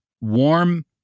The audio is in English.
warm